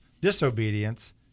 disobedience